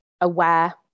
aware